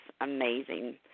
amazing